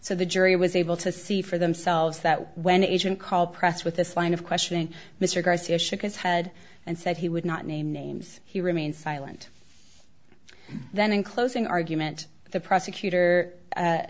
so the jury was able to see for themselves that when agent called press with this line of questioning mr garcia shook his head and said he would not name names he remained silent then in closing argument the prosecutor